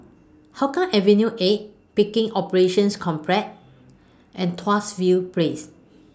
Hougang Avenue A Pickering Operations Complex and Tuas View Place